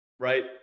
Right